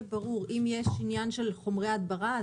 יש עניין של חומרי הדברה,